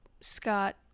scott